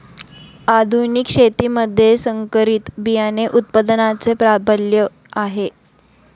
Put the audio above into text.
आधुनिक शेतीमध्ये संकरित बियाणे उत्पादनाचे प्राबल्य आहे